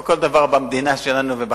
כמו בכל דבר במדינה שלנו ובחיים,